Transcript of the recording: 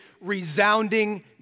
resounding